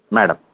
madam